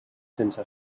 sense